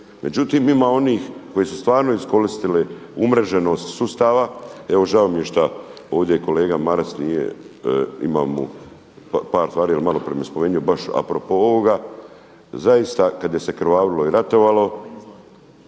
Međutim, ima onih koji su stvarno iskoristili umreženost sustava. Evo žao mi je šta ovdje kolega Maras nije, imam mu par stvari a malo prije mi je spomenuo baš a propos ovoga zaista kada se krvarilo i ratovalo